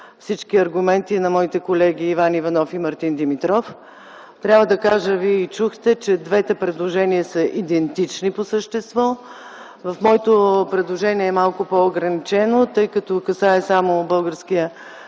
всички аргументи на моите колеги Иван Иванов и Мартин Димитров. Вие чухте, че двете предложения са идентични по същество. В моето предложение е малко по-ограничено, тъй като касае само Българския